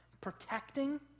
protecting